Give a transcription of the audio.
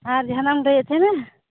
ᱟᱨ ᱡᱟᱦᱟᱱᱟᱜ ᱮᱢ ᱞᱟᱹᱭᱮᱫ ᱛᱟᱦᱮᱱᱟ